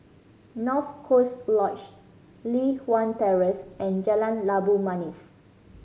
North Coast Lodge Li Hwan Terrace and Jalan Labu Manis